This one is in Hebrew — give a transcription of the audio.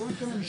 חס וחלילה.